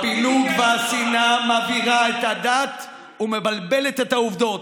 הפילוג והשנאה מעבירים על הדעת ומבלבלים את העובדות.